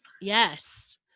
Yes